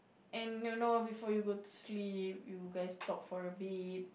and you know before you go to sleep you guys talk for a bit